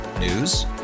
News